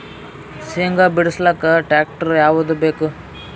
ಶೇಂಗಾ ಬಿಡಸಲಕ್ಕ ಟ್ಟ್ರ್ಯಾಕ್ಟರ್ ಯಾವದ ಬೇಕು?